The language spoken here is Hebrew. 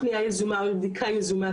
אנחנו בודקים את הנסיבות,